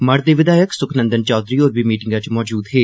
मढ़ दे विधायक सुखनंदन चौधरी होर बी मीटिंग च मौजूद हे